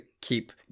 keep